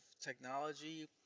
technology